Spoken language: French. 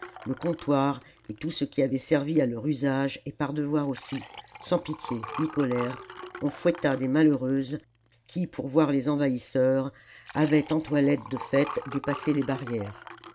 le comptoir et tout ce qui avait servi à leur usage et par devoir aussi sans pitié ni colère on fouetta des malheureuses qui pour voir les envahisseurs avaient en toilettes de fête dépassé les barrières